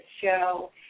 show